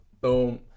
boom